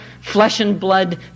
flesh-and-blood